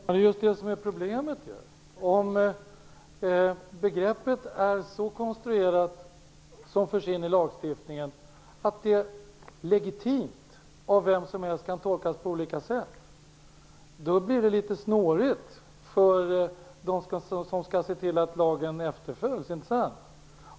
Fru talman! Det är just det som är problemet. Om begreppet är så konstruerat att det för vem som helst är legitimt att tolka det på olika sätt, då blir det litet snårigt för dem som skall se till att lagen efterföljs, inte sant?